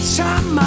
time